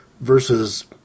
versus